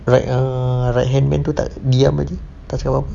alright ah right hand man tu tak diam saje tak jawab apa